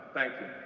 thank you.